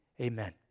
amen